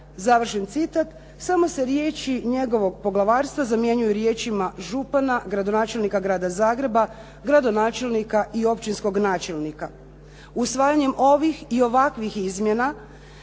Završen citat. Samo se riječi “njegovog poglavarstva“ zamjenjuju riječima “župana, gradonačelnika Grada Zagreba, gradonačelnika i općinskog načelnika.“ Usvajanjem ovih i ovakvih izmjena